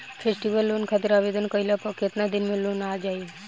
Festival loan खातिर आवेदन कईला पर केतना दिन मे लोन आ जाई?